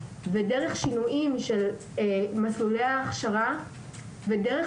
דרך שינויים של מסלולי ההכשרה ודרך